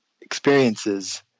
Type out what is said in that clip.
experiences